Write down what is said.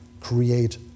create